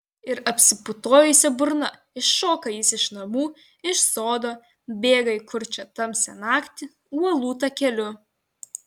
ir apsiputojusia burna iššoka jis iš namų iš sodo bėga į kurčią tamsią naktį uolų takeliu